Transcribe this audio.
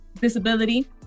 disability